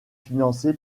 financé